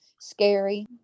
scary